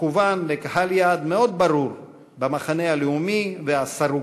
שכוון לקהל יעד מאוד ברור במחנה הלאומי והסרוג.